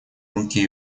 руки